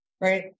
right